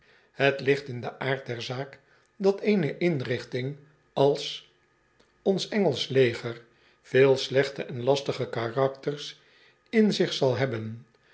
het ligt in den aard der zaak dat e ene inrichting als ons engelsch leger vele slechte en lastige karakters in zich zal hebben